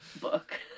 book